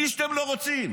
מי שאתם לא רוצים,